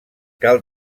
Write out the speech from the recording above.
cal